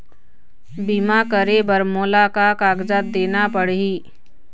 बीमा करे बर मोला का कागजात देना पड़ही?